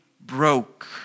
broke